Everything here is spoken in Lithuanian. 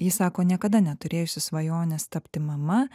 ji sako niekada neturėjusi svajonės tapti mama